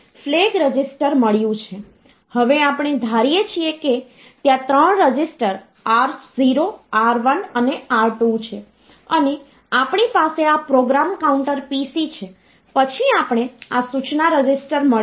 binary number સિસ્ટમમાં number લખતી વખતે આપણે આ ક્રમમાં લખીશું તો પહેલા 1 પછી 0 પછી 2 એકવાર પછી ફરીથી 0 પછી 1 પછી બે વખત શૂન્ય પછી બે વખત 1